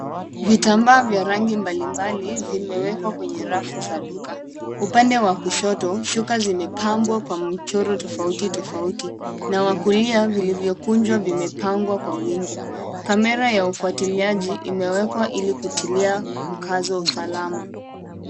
Vitambaa vya rangi mbalimbali vimewekwa kwenye rafu za duka. Upande wa kushoto shuka zimepambwa kwa mchoro tofauti tofauti na wa kulia vilivyokunjwa vimepangwa kwa wingi. Kamera ya ufuatiliaji imewekwa ili kutilia mkazo wa usalama.